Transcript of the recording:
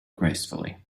gracefully